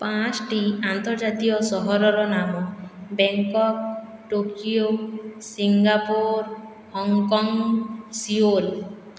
ପାଞ୍ଚୋଟି ଆନ୍ତର୍ଜାତୀୟ ସହରର ନାମ Bangkok Tokyo Singapore Hong Kong Seoul